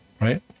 right